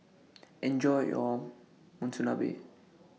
Enjoy your Monsunabe